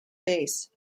base